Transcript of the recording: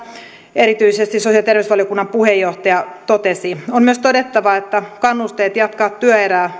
erityisesti sosiaali ja terveysvaliokunnan puheenjohtaja totesi on myös todettava että kannusteet jatkaa työuraa